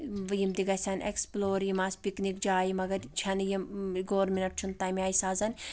یِم تہِ گژھن اؠکٕسپٕلور یِم آسہٕ پِکنِک جایہِ مگر چھنہٕ یِم گورمنِٹ چھُنہٕ تَمہِ آیہِ سَزَن